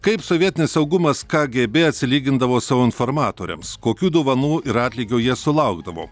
kaip sovietinis saugumas kgb atsilygindavo savo informatoriams kokių dovanų ir atlygio jie sulaukdavo